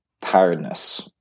tiredness